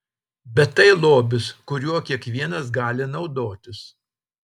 bet tai lobis kuriuo kiekvienas gali naudotis